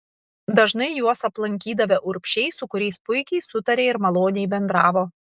dažnai juos aplankydavę urbšiai su kuriais puikiai sutarė ir maloniai bendravo